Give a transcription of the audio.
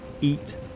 eat